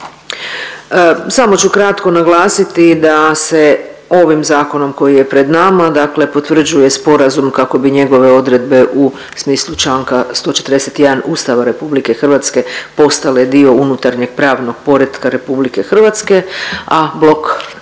Samo ću kratko naglasiti da se ovim zakonom koji je pred nama dakle potvrđuje sporazum kako bi njegove odredbe u smislu čl. 141. Ustava RH postale dio unutarnjeg pravnog poretka RH, a blok 17